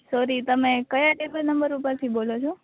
sorry તમે કયા table number ઉપર થી બોલો છો